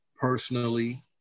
personally